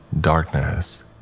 darkness